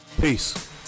peace